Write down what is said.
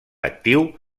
actiu